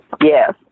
Yes